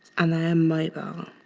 and they are mobile.